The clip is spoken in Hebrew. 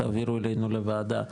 תעבירו אלינו לוועדה,